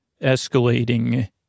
escalating